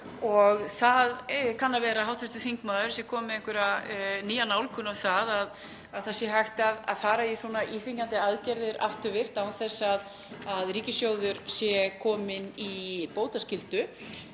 og það kann að vera að hv. þingmaður sé kominn með einhverja nýja nálgun á að það sé hægt að fara í svona íþyngjandi aðgerðir afturvirkt án þess að ríkissjóður sé kominn með bótaskyldu.